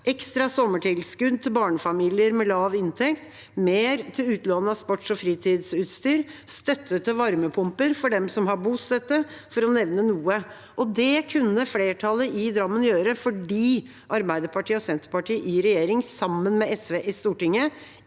ekstra sommertilskudd til barnefamilier med lav inntekt, mer til utlån av sportsog fritidsutstyr, støtte til varmepumper for dem som har bostøtte, for å nevne noe. Det kunne flertallet i Drammen gjøre fordi Arbeiderpartiet og Senterpartiet i regjering, sammen med SV i Stortinget,